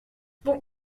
bon